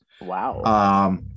Wow